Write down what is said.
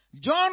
John